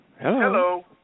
Hello